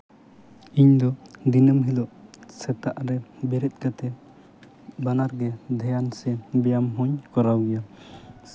ᱤᱧ ᱫᱚ ᱫᱤᱱᱟᱹᱢ ᱦᱤᱞᱳᱜ ᱥᱮᱛᱟᱜ ᱨᱮ ᱵᱮᱨᱮᱫ ᱠᱟᱛᱮ ᱵᱟᱱᱟᱨᱜᱮ ᱫᱷᱮᱭᱟᱱᱥᱮ ᱵᱮᱭᱟᱢ ᱦᱚᱸᱧ ᱠᱚᱨᱟᱣ ᱜᱮᱭᱟ